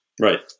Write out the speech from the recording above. right